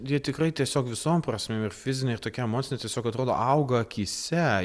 jie tikrai tiesiog visom prasmėm ir fizine ir tokie emocine tiesiog atrodo auga akyse